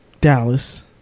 Dallas